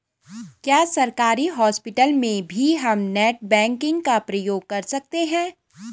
क्या सरकारी हॉस्पिटल में भी हम नेट बैंकिंग का प्रयोग कर सकते हैं?